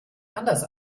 anders